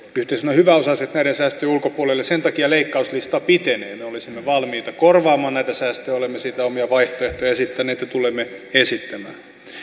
hyväosaiset näiden säästöjen ulkopuolelle sen takia leikkauslista pitenee me olisimme valmiita korvaamaan näitä säästöjä olemme siitä omia vaihtoehtoja esittäneet ja tulemme esittämään